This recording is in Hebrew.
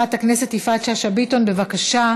9772 ו-9788.